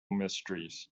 mysteries